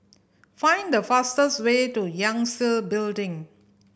find the fastest way to Yangtze Building